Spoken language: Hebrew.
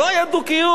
לא היה דו-קיום,